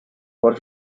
por